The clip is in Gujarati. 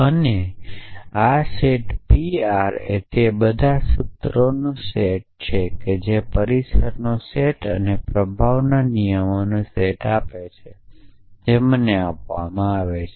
અને આ સેટ PR એ તે બધા સૂત્રોનો સેટ છે કે જે પરિસરનો સેટ અને પ્રભાવના નિયમોનો સેટ આપે છે જે મને આપવામાં આવે છે